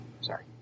Sorry